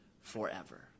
Forever